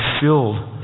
filled